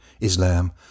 Islam